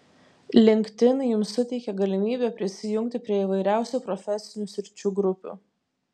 linkedin jums suteikia galimybę prisijungti prie įvairiausių profesinių sričių grupių